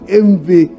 envy